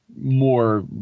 more